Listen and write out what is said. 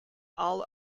all